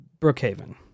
Brookhaven